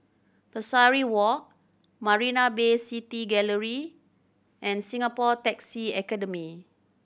Pesari Walk Marina Bay City Gallery and Singapore Taxi Academy